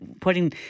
putting